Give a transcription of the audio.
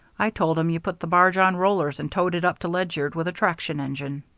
i told him you put the barge on rollers and towed it up to ledyard with a traction engine.